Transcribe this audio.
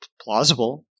plausible